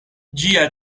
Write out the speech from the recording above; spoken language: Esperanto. ĝia